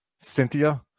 cynthia